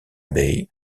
bay